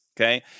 Okay